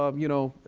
um you know,